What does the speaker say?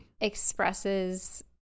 expresses